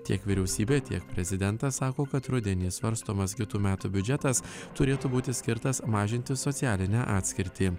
tiek vyriausybė tiek prezidentas sako kad rudenį svarstomas kitų metų biudžetas turėtų būti skirtas mažinti socialinę atskirtį